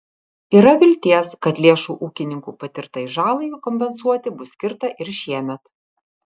yra vilties kad lėšų ūkininkų patirtai žalai kompensuoti bus skirta ir šiemet